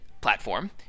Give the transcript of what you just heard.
platform